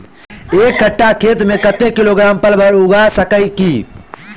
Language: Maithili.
एक कट्ठा खेत मे कत्ते किलोग्राम परवल उगा सकय की??